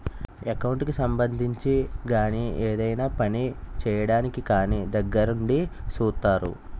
account కి సంబంధించి గాని ఏదైనా పని చేయడానికి కానీ దగ్గరుండి సూత్తారు